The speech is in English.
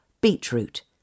Beetroot